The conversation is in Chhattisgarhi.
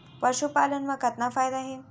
पशुपालन मा कतना फायदा हे?